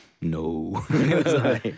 no